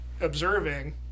observing